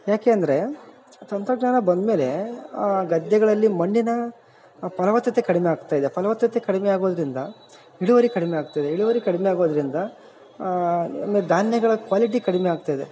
ಯಾಕೆ ಅಂದರೆ ತಂತ್ರಜ್ಞಾನ ಬಂದ್ಮೇಲೆ ಗದ್ದೆಗಳಲ್ಲಿ ಮಣ್ಣಿನ ಪಲವತ್ತತೆ ಕಡಿಮೆ ಆಗ್ತಾ ಇದೆ ಫಲವತ್ತತೆ ಕಡಿಮೆ ಆಗೋದ್ರಿಂದ ಇಳುವರಿ ಕಡಿಮೆ ಆಗ್ತದೆ ಇಳುವರಿ ಕಡಿಮೆ ಆಗೋದ್ರಿಂದ ಆಮೇಲ್ ಧಾನ್ಯಗಳ ಕ್ವಾಲಿಟಿ ಕಡಿಮೆ ಆಗ್ತಾ ಇದೆ